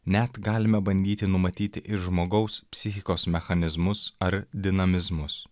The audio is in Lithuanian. net galime bandyti numatyti ir žmogaus psichikos mechanizmus ar dinamizmus